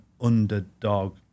underdog